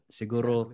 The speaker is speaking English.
siguro